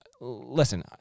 listen